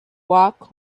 walk